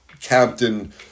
captain